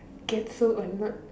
get so annoyed